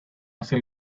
hacia